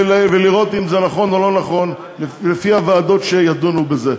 ולראות אם זה נכון או לא נכון לפי הוועדות שידונו בזה.